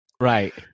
right